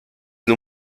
nur